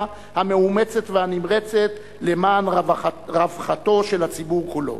המאומצת והנמרצת למען רווחתו של הציבור כולו.